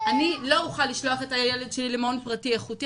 אני לא אוכל לשלוח את הילד שלי למעון פרטי איכותי,